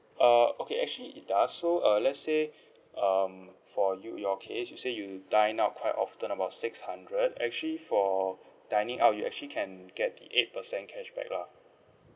uh okay actually it does so uh let's say um for you your case you say you dine out quite often about six hundred actually for dining out you actually can get the eight per cent cashback lah